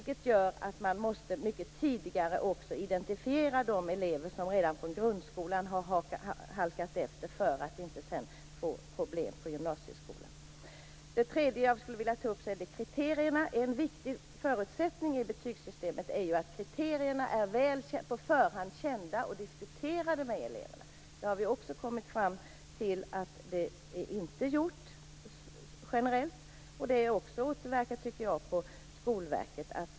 Det gör att man mycket tidigare måste identifiera de elever som redan från grundskolan har halkat efter; detta för att det inte skall bli problem senare i gymnasieskolan. Slutligen skulle jag vilja ta upp frågan om kriterierna. En viktig förutsättning när det gäller betygsystemet är att kriterierna är på förhand kända och diskuterade med eleverna. Vi har kommit fram till att inte heller det är gjort generellt sett. Även detta tycker jag återverkar på Skolverket.